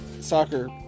soccer